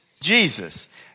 Jesus